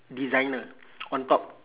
designer on top